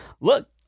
look